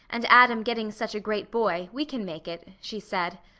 and adam getting such a great boy, we can make it, she said.